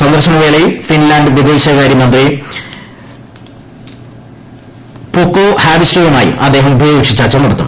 സന്ദർശന വേളയിൽ ഫിൻലാന്റ് വിദേശകാര്യമന്ത്രി ഫ്ട്രെക്കാ ഹാവിസ്റ്റോയുമായി അദ്ദേഹം ഉഭയകക്ഷി ചർച്ച നടത്തും